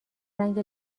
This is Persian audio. رنگ